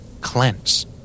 Cleanse